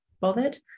bothered